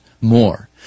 more